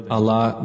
Allah